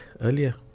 earlier